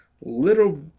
little